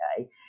okay